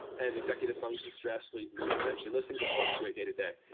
and executive function, stress, sleep, mood, attention, those things will fluctuate day to day,